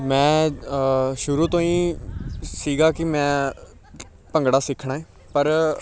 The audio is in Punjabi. ਮੈਂ ਸ਼ੁਰੂ ਤੋਂ ਹੀ ਸੀਗਾ ਕਿ ਮੈਂ ਭੰਗੜਾ ਸਿੱਖਣਾ ਹੈ ਪਰ